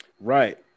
right